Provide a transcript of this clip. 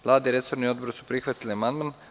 Vlada i resorni odbor su prihvatili ovaj amandman.